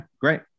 great